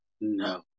No